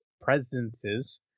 presences